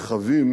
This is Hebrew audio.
וחווים